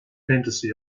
fantasy